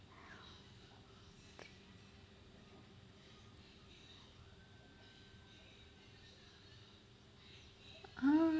ah